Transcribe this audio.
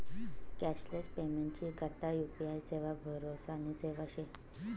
cashless पेमेंटनी करता UPI सेवा भरोसानी सेवा शे